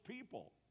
people